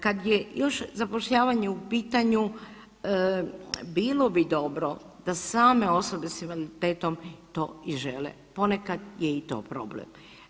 Kad je još zapošljavanje u pitanju bilo bi dobro da same osobe s invaliditetom to i žele, ponekad je i to problem.